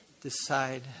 decide